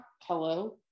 hello